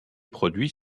produits